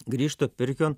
grįžtu pirkion